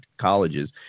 colleges